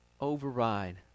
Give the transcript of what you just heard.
override